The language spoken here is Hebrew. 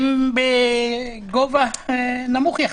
הם בגובה נמוך יחסית.